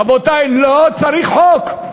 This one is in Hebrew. רבותי, לא צריך חוק,